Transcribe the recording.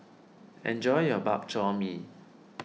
enjoy your Bak Chor Mee